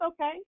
okay